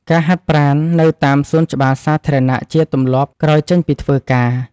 ការហាត់ប្រាណនៅតាមសួនច្បារសាធារណៈជាទម្លាប់ក្រោយចេញពីធ្វើការ។